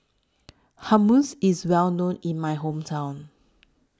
Hummus IS Well known in My Hometown